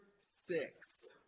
six